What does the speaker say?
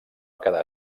quedar